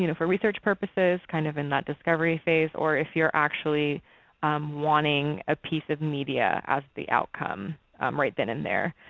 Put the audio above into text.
you know for research purposes kind of in that discovery phase, or if you are actually wanting a piece of media as the outcome right then and there.